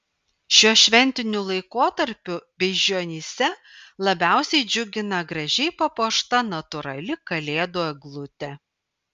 šiuo šventiniu laikotarpiu beižionyse labiausiai džiugina gražiai papuošta natūrali kalėdų eglutė